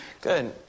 Good